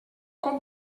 cop